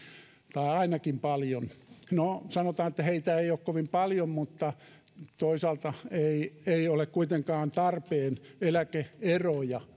tai ainakin paljon no sanotaan että heitä ei ole kovin paljon mutta toisaalta ei ei ole kuitenkaan tarpeen kasvattaa eläke eroja